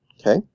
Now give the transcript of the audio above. Okay